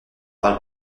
parle